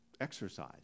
exercise